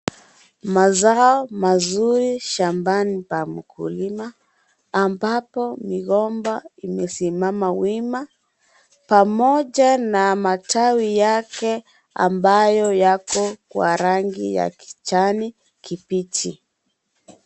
Mazao mazuri shambani pa mkulima, ambapo migomba imesimama wima, pamoja na matawi yake ambayo yako kwa rangi ya kijani kibichi.